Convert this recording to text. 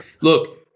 look